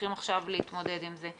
שצריכים להתמודד עם זה.